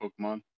Pokemon